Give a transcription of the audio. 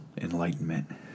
enlightenment